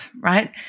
right